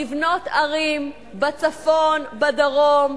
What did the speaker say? לבנות ערים בצפון, בדרום,